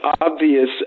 obvious